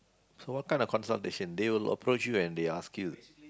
so what kind of consultation they will lock approach you and they ask you